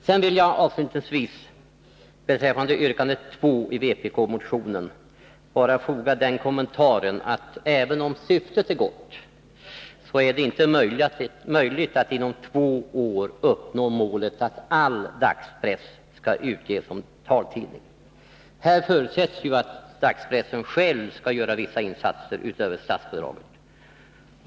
Jag vill avslutningsvis beträffande yrkande 2 i vpk-motionen bara göra den kommentaren, att även om syftet är gott, är det inte möjligt att inom två år uppnå målet att all dagspress skall utges som taltidningar. Här förutsätts ju att dagspressen själv skall göra vissa insatser utöver statsbidraget.